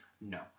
no